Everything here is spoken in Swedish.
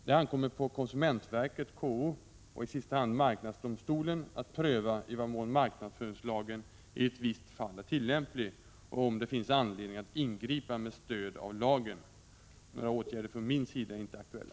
Det ankommer på konsumentverket och KO och i sista hand marknadsdomstolen att pröva i vad mån marknadsföringslagen i ett visst fall är tillämplig och om det finns anledning att ingripa med stöd av lagen. Några åtgärder från min sida är inte aktuella.